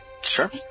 Sure